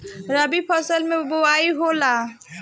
रबी फसल मे बोआई होला?